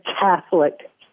Catholic